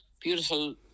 Beautiful